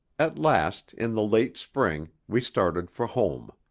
at last, in the late spring, we started for home.